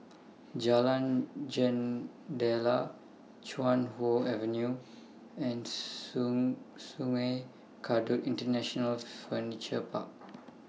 Jalan Jendela Chuan Hoe Avenue and Sungei Kadut International Furniture Park